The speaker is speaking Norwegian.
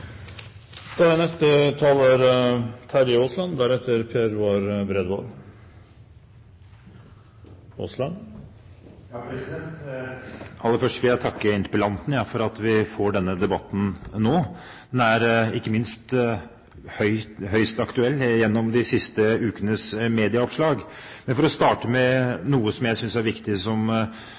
Aller først vil jeg takke interpellanten for at vi får denne debatten nå. Den er ikke minst høyst aktuell gjennom de siste ukenes medieoppslag. Jeg vil starte med noe som jeg synes er viktig, og som